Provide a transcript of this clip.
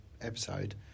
episode